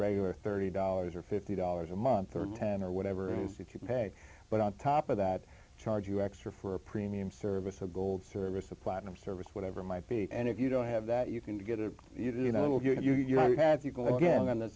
regular thirty dollars or fifty dollars a month or ten or whatever it is that you can pay but on top of that charge you extra for a premium service of gold service a platinum service whatever might be and if you don't have that you can get it you know you're had to go again on the